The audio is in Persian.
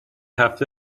هفته